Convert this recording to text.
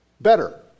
Better